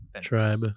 tribe